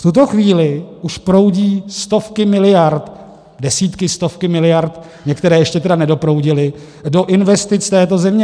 V tuto chvíli už proudí stovky miliard, desítky, stovky miliard, některé tedy ještě nedoproudily, do investic této země.